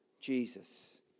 Jesus